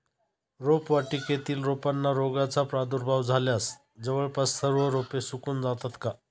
रोपवाटिकेतील रोपांना रोगाचा प्रादुर्भाव झाल्यास जवळपास सर्व रोपे सुकून जातात का?